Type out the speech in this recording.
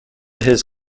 his